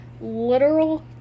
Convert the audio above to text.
Literal